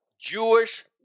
Jewish